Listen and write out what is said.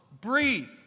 breathe